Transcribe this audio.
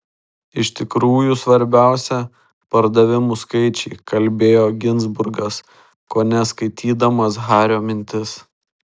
iš tikrųjų svarbiausia pardavimų skaičiai kalbėjo ginzburgas kone skaitydamas hario mintis